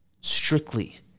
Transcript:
strictly